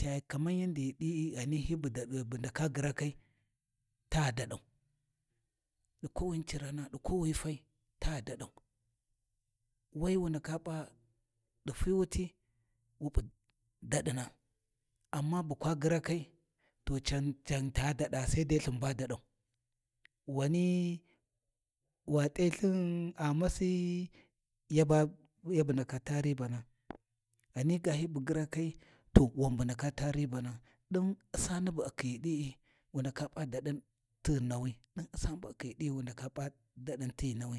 Ca kaman yandi hi ɗayi ghani bundaka gyirakai ta daɗau, ɗi ko wuni cirana ɗi kowuyi fai ta daɗau, wai wu ndaka p’a ɗi fi wuti wu P’u daɗina, amma bu kwa gyirakai to can ta daɗaa sai dai lthin ba daɗau, wani wa t’ai lthin a masi ya bu ndaka ta ribana, ghani ga hi bu gyirakai to wan bu ndaka ta ribana, ɗin U’sani bu a khiyi di’i, wu ndaka P’a daɗin tighi nawi, din U’sani bu a khiyi di’i, wu ndaka p’a dadin tighi nawi’